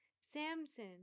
Samson